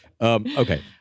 okay